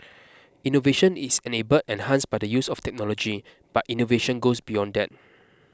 innovation is enabled and enhanced by the use of technology but innovation goes beyond that